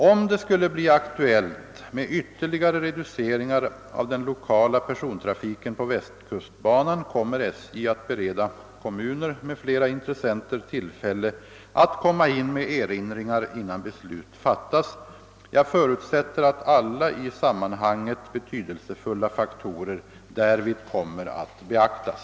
Om det skulle bli aktuellt med ytterligare reduceringar av den lokala persontrafiken på västkustbanan kommer SJ att bereda kommuner m.fl. intressenter tillfälle att inkomma med erinringar innan beslut fattas. Jag förutsätter att alla i sammanhanget betydelsefulla faktorer därvid kommer att beaktas.